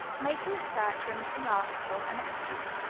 making the search for a missing article an excuse,